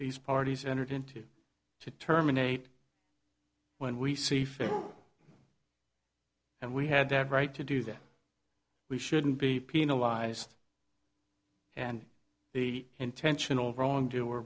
these parties entered into to terminate when we see fit and we had that right to do that we shouldn't be penalized and the intentional wrong do